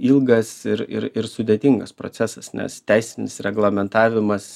ilgas ir ir ir sudėtingas procesas nes teisinis reglamentavimas